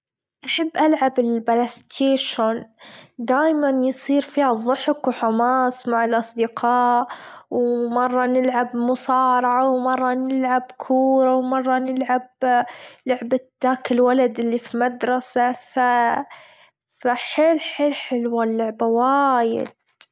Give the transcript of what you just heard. أحب ألعب البلاستيشن دايمًا يصير فيها ظحك وحماس مع الأصدقاء، ومرة نلعب مصارعة، ومرة نلعب كورة، ومرة نلعب لعبة ذاك الولد اللي في مدرسة فا فا حيل حيل حلوة اللعبة وايد.